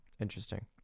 interesting